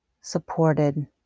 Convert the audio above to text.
supported